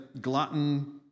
glutton